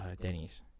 Denny's